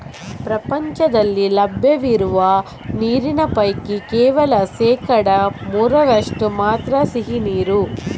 ಪ್ರಪಂಚದಲ್ಲಿ ಲಭ್ಯ ಇರುವ ನೀರಿನ ಪೈಕಿ ಕೇವಲ ಶೇಕಡಾ ಮೂರರಷ್ಟು ಮಾತ್ರ ಸಿಹಿ ನೀರು